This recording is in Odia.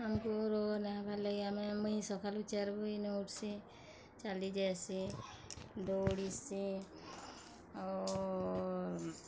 ଆମ୍କୁ ରୋଗ ନାହିଁ ହେବାର୍ ଲାଗି ଆମେ ମୁଇଁ ସଲୁ ଚାର୍ ବଜେ ନ ଉଠସିଁ ଚାଲିଯାଏସିଁ ଦୌଡ଼ିସିଂ ଆଉ